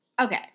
Okay